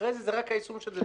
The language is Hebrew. אחרי זה זה רק היישום של זה.